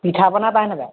পিঠা পনা পায়নে নাপায়